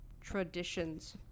traditions